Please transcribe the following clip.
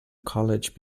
college